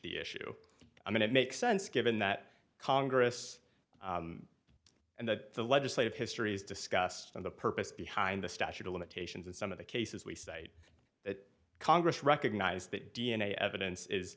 the issue i mean it makes sense given that congress and the legislative history is discussed in the purpose behind the statute of limitations and some of the cases we cite that congress recognize that d n a evidence is